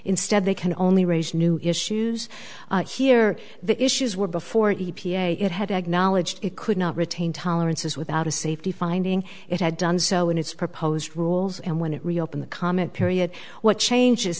instead they can only raise new issues here the issues were before e p a it had acknowledged it could not retain tolerances without a safety finding it had done so in its proposed rules and when it reopen the comment period what changes